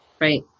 right